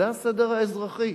זה הסדר האזרחי.